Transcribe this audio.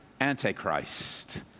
Antichrist